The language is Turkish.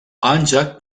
ancak